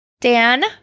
Dan